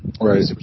Right